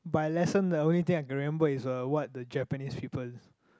by lesson the only thing I can remember is uh what the Japanese people is